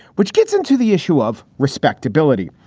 which gets into the issue of respectability.